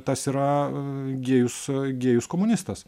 tas yra gėjus gėjus komunistas